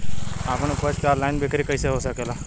आपन उपज क ऑनलाइन बिक्री कइसे हो सकेला?